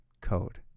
Code